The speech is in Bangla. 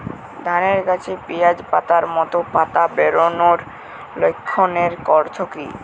ধানের গাছে পিয়াজ পাতার মতো পাতা বেরোনোর লক্ষণের অর্থ কী?